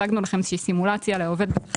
הצגנו לכם איזו שהיא סימולציה לעובד בשכר